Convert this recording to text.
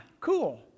cool